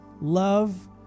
love